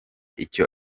icyo